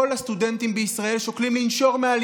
בלי אופק ובלי תקווה.